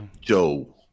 Joe